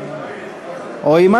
או יימנע.